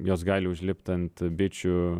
jos gali užlipt ant bičių